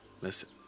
Listen